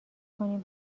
کنیم